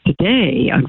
Today